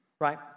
right